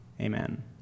Amen